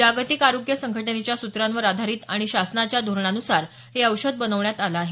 जागतिक आरोग्य संघटनेच्या सूत्रांवर आधारित आणि शासनाच्या धोरणानुसार हे औषध बनवण्यात आलं आहे